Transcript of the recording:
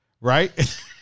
Right